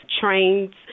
trains